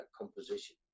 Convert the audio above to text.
composition